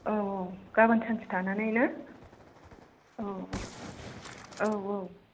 औ औ गाबोन सानसे थानानै ना औ औ औ